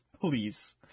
Please